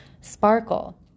sparkle